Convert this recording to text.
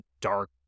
dark